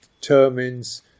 determines